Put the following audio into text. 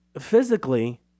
physically